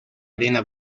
arena